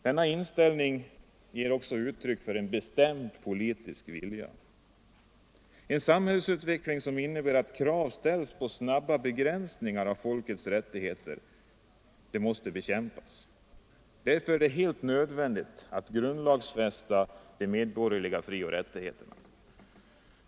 Denna inställning ger också uttryck för en bestämd politisk vilja. En samhällsutveckling som innebär att krav ställs på snabba begränsningar av folks rättigheter måste bekämpas. Därför är det helt nödvändigt att grundlagsfästa de medborgerliga frioch rättigheterna.